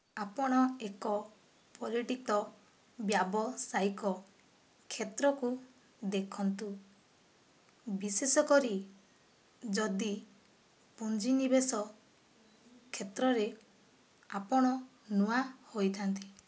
ଆପଣ ଏକ ପରିଚିତ ବ୍ୟାବସାୟିକ କ୍ଷେତ୍ରକୁ ଦେଖନ୍ତୁ ବିଶେଷ କରି ଯଦି ପୁଞ୍ଜି ନିବେଶ କ୍ଷେତ୍ରରେ ଆପଣ ନୂଆ ହୋଇଥାନ୍ତି